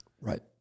Right